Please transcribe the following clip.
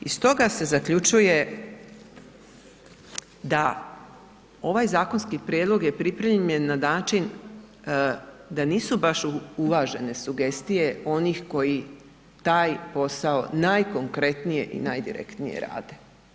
Iz toga se zaključuje da ovaj zakonski prijedlog je pripremljen na način da nisu baš uvažene sugestije onih koji taj posao najkonkretnije i najdirektnije rade.